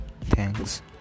Thanks